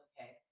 okay